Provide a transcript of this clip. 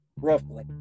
roughly